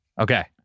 Okay